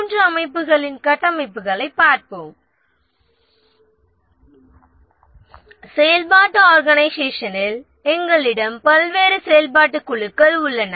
மூன்று அமைப்புகளின் கட்டமைப்புகளைப் பார்ப்போம் செயல்பாட்டு ஆர்கனைசேஷனில் பல்வேறு செயல்பாட்டுக் குழுக்கள் உள்ளன